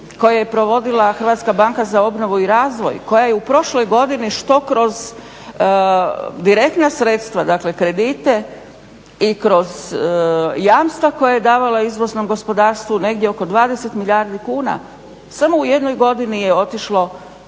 koje je provodila Hrvatska banka za obnovu i razvoj koja je u prošloj godini što kroz direktna sredstva, dakle kredite i kroz jamstva koja je davala izvoznom gospodarstvu negdje oko 20 milijardi kuna samo u jednoj godini je otišlo,